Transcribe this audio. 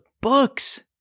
books